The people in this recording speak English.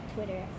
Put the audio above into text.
Twitter